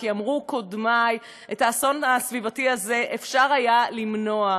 כי אמרו קודמי: את האסון הסביבתי הזה אפשר היה למנוע.